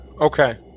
okay